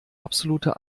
absolute